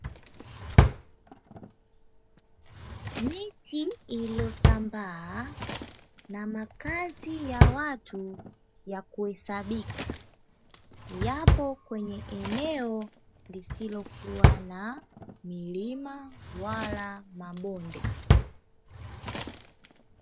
Miti iliyosambaa na makazi ya watu ya kuhesabika lipo kwenye eneo lisolokuwa na milima wala mabonde